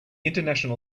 international